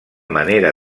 manera